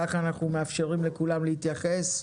כך אנחנו מאפשרים לכולם להתייחס.